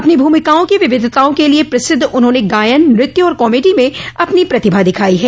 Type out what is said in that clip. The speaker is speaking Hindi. अपनी भूमिकाओं की विविधताओं के लिए प्रसिद्ध उन्होंने गायन नृत्य और कॉमेडी में अपनी प्रतिभा दिखाई है